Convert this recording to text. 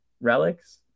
relics